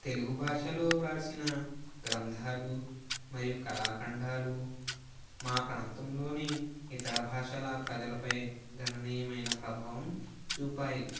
తెలుగు భాషలో రాసిన గ్రంథాలు మరియు కళాఖండాలు మా ప్రాంతంలోని ఇతర భాషల ప్రజలపై గణనీయమైన ప్రభావం చూపాయి